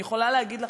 אני יכולה להגיד לכם,